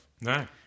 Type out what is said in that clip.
No